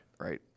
Right